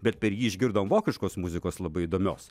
bet per jį išgirdom vokiškos muzikos labai įdomios